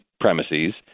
premises